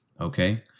Okay